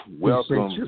Welcome